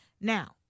now